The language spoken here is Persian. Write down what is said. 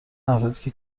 افرادی